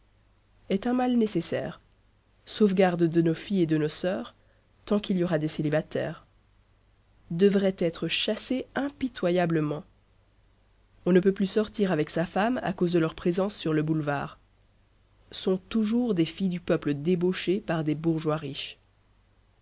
est un mal nécessaire sauvegarde de nos filles et de nos soeurs tant qu'il y aura des célibataires devraient être chassées impitoyablement on ne peut plus sortir avec sa femme à cause de leur présence sur le boulevard sont toujours des filles du peuple débauchées par des bourgeois riches